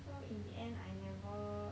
so in the end I never